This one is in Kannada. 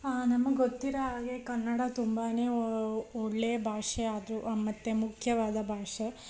ನಮಗೆ ಗೊತ್ತಿರೋ ಹಾಗೆ ಕನ್ನಡ ತುಂಬಾ ಒಳ್ಳೆಯ ಭಾಷೆ ಆದರೂ ಮತ್ತು ಮುಖ್ಯವಾದ ಭಾಷೆ